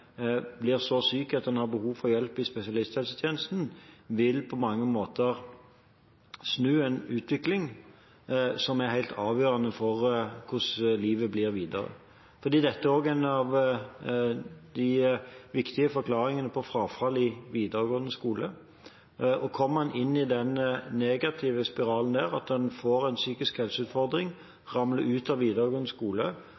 blir så syk at en har behov for hjelp i spesialisthelsetjenesten, vil på mange måter snu en utvikling som er helt avgjørende for hvordan livet blir videre. Dette er også en av de viktige forklaringene på frafallet i videregående skole. Kommer man inn i den negative spiralen at en får en psykisk